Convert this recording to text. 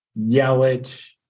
Yelich